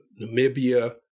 Namibia